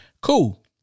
Cool